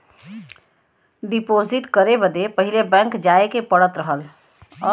deposit करे बदे पहिले बैंक जाए के पड़त रहल